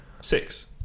six